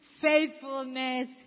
faithfulness